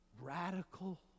radical